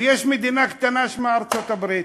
ויש מדינה קטנה, שמה ארצות-הברית.